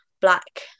black